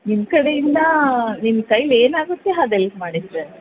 ನಿಮ್ಮ ಕಡೆಯಿಂದ ನಿಮ್ಮ ಕೈಲಿ ಏನು ಆಗುತ್ತೆ ಅದ್ ಹೆಲ್ಪ್ ಮಾಡಿ ಸರ್